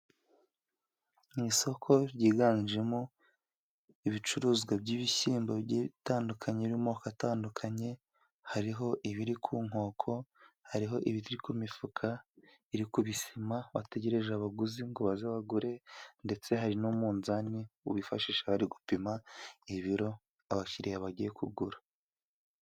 Mu isoko ryiganjemo ibicuruzwa by'ibishyimbo bigiye bitandukanye, birimo amoko atandukanye, hari ibiri ku nkoko, hari ibiri ku mifuka iri ku bisima, bategereje abaguzi ngo baze bagure, ndetse hari n'umunzani bifashisha bari gupima ibiro abakiriya bagiye kugura.